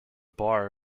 bar